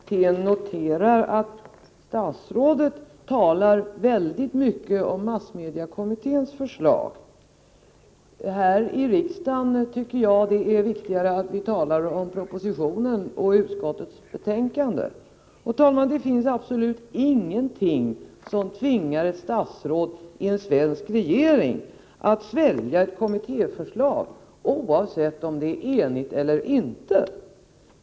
Herr talman! Jag, som inte var med i massmediekommittén, noterar att statsrådet talar väldigt mycket om mässmediekommitténs förslag. Jag tycker det är viktigare att vi här i riksdagen talar om propositionen och utskottets betänkande. Det finns absolut ingenting, herr talman, som tvingar ett statsråd i en svensk regering att svälja ett kommittéförslag, oavsett om det är enhälligt eller inte.